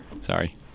Sorry